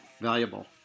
valuable